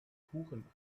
kuchen